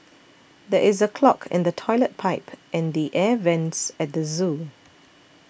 there is a clog in the Toilet Pipe and the Air Vents at the zoo